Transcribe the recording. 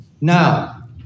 Now